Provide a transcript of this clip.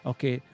Okay